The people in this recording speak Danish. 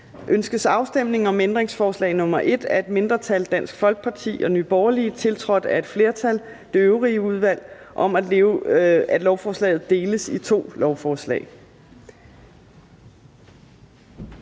Ønskes afstemning om ændringsforslag nr. 1 af et mindretal (DF og NB), tiltrådt af et flertal (det øvrige udvalg), om, at lovforslaget deles i to lovforslag?